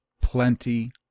plenty